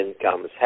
incomes